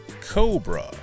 Cobra